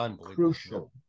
crucial